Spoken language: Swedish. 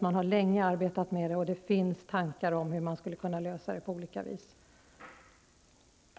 Man har länge arbetat med det, och det finns tankar om hur man på olika vis skall kunna